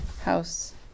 house